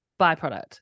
byproduct